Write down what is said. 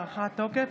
הארכת תוקף),